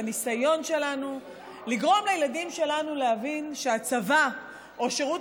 בניסיון שלנו לגרום לילדים שלנו להבין שהצבא או שירות